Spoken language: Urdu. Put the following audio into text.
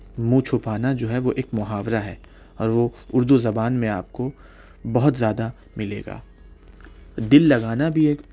منہ چھپانا جو ہے وہ ایک محاورہ ہے اور وہ اردو زبان میں آپ کو بہت زیادہ ملے گا دل لگانا بھی ایک